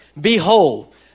Behold